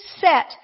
set